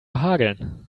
hageln